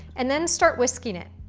and then start whisking it.